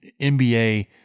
NBA